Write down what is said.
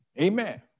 amen